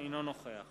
אינו נוכח